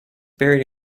buried